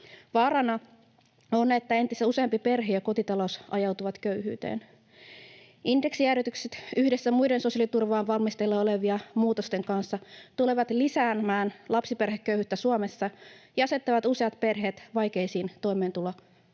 Vaarana on, että entistä useampi perhe ja kotitalous ajautuu köyhyyteen. Indeksijäädytykset yhdessä muiden sosiaaliturvaan valmisteilla olevien muutosten kanssa tulevat lisäämään lapsiperheköyhyyttä Suomessa ja asettavat useat perheet vaikeisiin toimeentulo-ongelmiin.